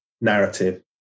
narrative